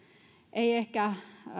ei ehkä